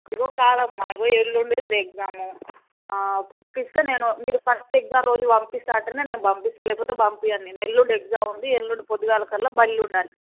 ఇదిగో కాదమ్మ ఇదిగో ఎల్లుండి ఉంది ఎగ్జామ్ పంపిస్తే నేను మీరు ఫస్ట్ ఎగ్జామ్ రోజు పంపిస్తా అంటేనే నేను పంపిస్తాను లేకపోతే పంపించను నేను ఎల్లుండి ఎగ్జామ్ ఉంది ఎల్లుండి పొద్దుగల కల్లా బళ్ళో ఉండాలి